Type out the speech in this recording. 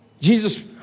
Jesus